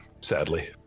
Sadly